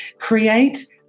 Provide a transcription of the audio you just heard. Create